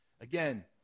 Again